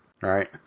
Right